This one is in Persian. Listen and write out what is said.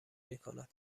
میکند